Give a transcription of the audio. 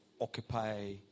occupy